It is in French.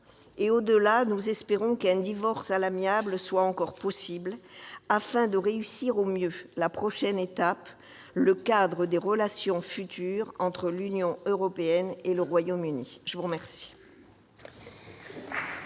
Et, au-delà, nous espérons qu'un divorce à l'amiable est encore possible, afin de réussir au mieux la prochaine étape, le cadre des relations futures entre l'Union européenne et le Royaume-Uni. La parole